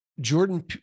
jordan